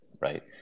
right